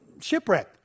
shipwreck